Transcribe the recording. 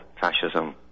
fascism